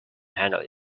handle